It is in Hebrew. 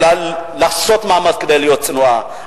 יכולה לעשות מאמץ כדי להיות צנועה,